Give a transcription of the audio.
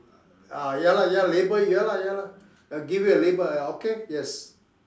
uh ya lah ya lah label ya lah ya lah give you a label okay yes